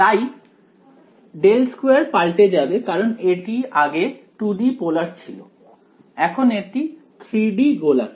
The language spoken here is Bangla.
তাই ∇2 পাল্টে যাবে কারণ আগে এটি 2 D পোলার ছিল এখন এটি 3 D গোলাকার